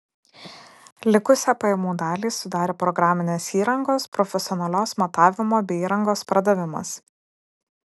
likusią pajamų dalį sudarė programinės įrangos profesionalios matavimo bei įrangos pardavimas